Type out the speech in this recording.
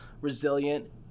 resilient